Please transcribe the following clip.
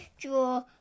draw